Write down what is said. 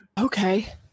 Okay